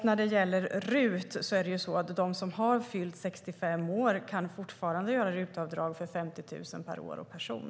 När det gäller RUT är det ju så att de som har fyllt 65 år fortfarande kan göra RUT-avdrag för 50 000 per år och person.